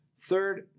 Third